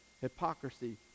hypocrisy